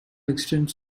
extends